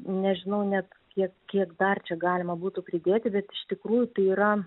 nežinau net kiek kiek dar čia galima būtų pridėti bet iš tikrųjų tai yra